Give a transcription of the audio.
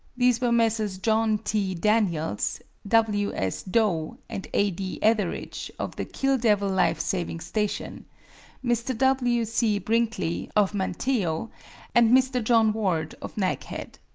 these were messrs. john t. daniels, w. s. dough, and a. d. etheridge, of the kill devil life-saving station mr. w. c. brinkley, of manteo and mr. john ward, of naghead.